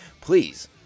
please